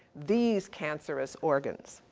these cancerous organs.